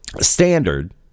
standard